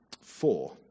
Four